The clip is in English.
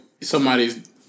somebody's